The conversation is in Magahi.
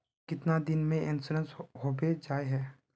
कीतना दिन में इंश्योरेंस होबे जाए है?